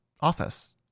office